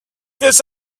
this